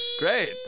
Great